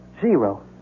Zero